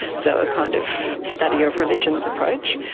so a kind of study of religions approach.